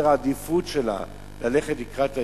העדיפויות שלה ללכת לקראת האזרחים.